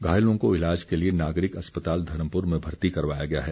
घायलों को इलाज के लिए नागरिक अस्पताल धर्मपुर में भर्ती करवाया गया है